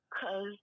cause